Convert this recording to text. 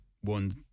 One